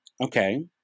Okay